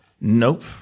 Nope